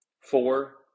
four